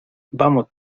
vamos